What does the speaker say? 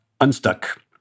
unstuck